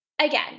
Again